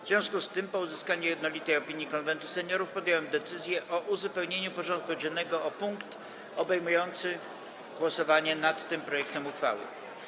W związku z tym, po uzyskaniu jednolitej opinii Konwentu Seniorów, podjąłem decyzję o uzupełnieniu porządku dziennego o punkt obejmujący głosowanie nad tym projektem uchwały.